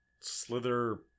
Slither